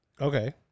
Okay